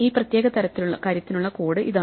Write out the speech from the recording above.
ഈ പ്രത്യേക കാര്യത്തിനുള്ള കോഡ് ഇതാണ്